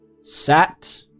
sat